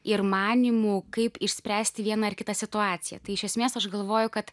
ir manymų kaip išspręsti vieną ar kitą situaciją tai iš esmės aš galvoju kad